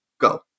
Go